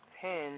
ten